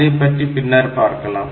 அதைப் பற்றி பின்னர் பார்க்கலாம்